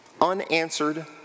unanswered